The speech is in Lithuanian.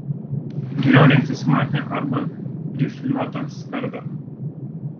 geriau rinktis matinę arba rifliuotą skardą